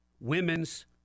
Women's